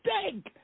stink